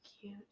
cute